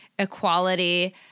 equality